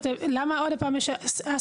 למה עוד פעם יש א-סימטריה?